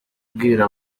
kubwira